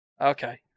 Okay